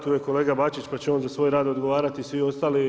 Tu je kolega Bačić, pa će on za svoj rad odgovarati i svi ostali.